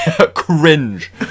cringe